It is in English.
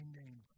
name